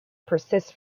persist